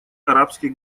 арабских